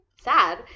Sad